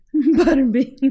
Butterbean